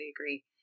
agree